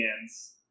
hands